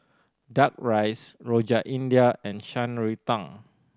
Duck Rice Rojak India and Shan Rui Tang